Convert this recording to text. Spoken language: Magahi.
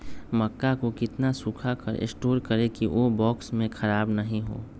मक्का को कितना सूखा कर स्टोर करें की ओ बॉक्स में ख़राब नहीं हो?